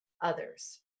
others